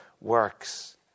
works